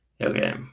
Okay